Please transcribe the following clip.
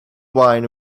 wine